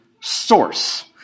source